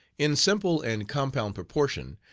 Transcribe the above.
in simple and compound proportion,